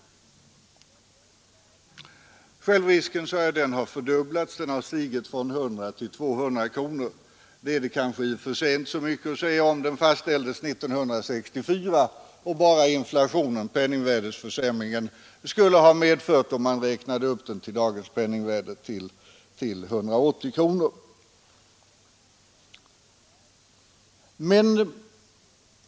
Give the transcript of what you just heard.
Självrisken har fördubblats, den har stigit från 100 till 200 kronor, vilket kanske i och för sig inte är så anmärkningsvärt. Den fastställdes 1964 och bara inflationen, penningvärdeförsämringen, skulle ha medfört en höjning till i dagens penningvärde 180 kronor.